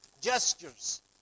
gestures